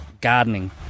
gardening